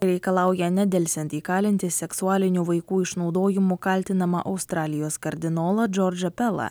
reikalauja nedelsiant įkalinti seksualiniu vaikų išnaudojimu kaltinamą australijos kardinolą džordžą pelą